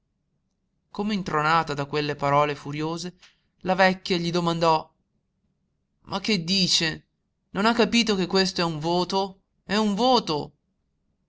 andatevene come intronata da quelle parole furiose la vecchia gli domandò ma che dice non ha capito che questo è un voto è un voto